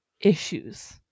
issues